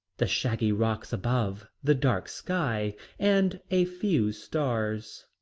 the shaggy rocks above, the dark sky and a few stars,